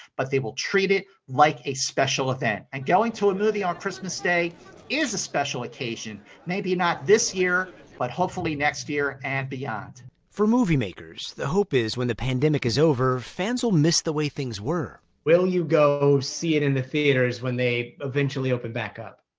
but they will treat it like a special event. and going to a movie on christmas day is a special occasion. maybe not this year, but hopefully next year and beyond. reporter for movie makers, the hope is when the pandemic is over, fans will miss the way things were. will you go it in the theaters when they eventually open back up?